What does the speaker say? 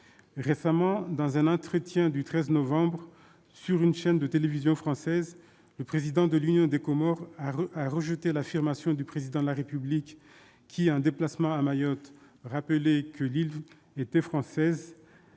Récemment, dans un entretien du 13 novembre sur une chaîne de télévision française, le Président de l'Union des Comores a rejeté l'affirmation du Président de la République qui, en déplacement à Mayotte, rappelait que l'île était française.